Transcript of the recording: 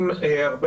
בחשבון.